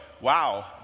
wow